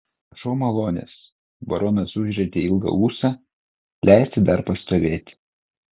prašau malonės baronas užrietė ilgą ūsą leisti dar pastovėti